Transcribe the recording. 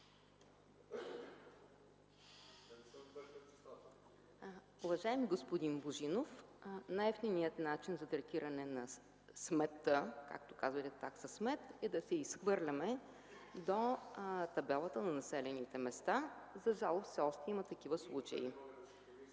Уважаеми господин Божинов, най-евтиният начин за третиране сметта, както казвате такса смет, е да си я изхвърляме до табелата на населените места. За жалост все още има такива случаи.